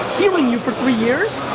hearing you for three years.